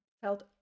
felt